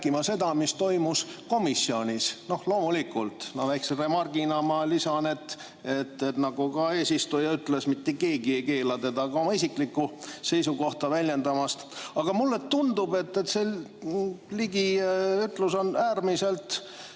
seda, mis toimus komisjonis. Loomulikult! No väikse remargina ma lisan, et nagu ka eesistuja ütles, mitte keegi ei keela ka oma isiklikku seisukohta väljendamast. Aga mulle tundub, et Ligi ütlus on äärmiselt